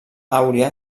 àuria